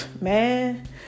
man